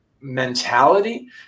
mentality